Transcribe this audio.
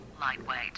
lightweight